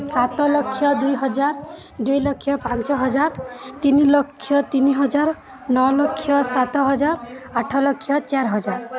ସାତ ଲକ୍ଷ ଦୁଇହଜାର ଦୁଇ ଲକ୍ଷ ପାଞ୍ଚ ହଜାର ତିନି ଲକ୍ଷ ତିନି ହଜାର ନଅ ଲକ୍ଷ ସାତ ହଜାର ଆଠ ଲକ୍ଷ ଚାରି ହଜାର